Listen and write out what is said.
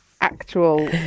Actual